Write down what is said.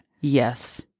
Yes